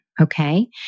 Okay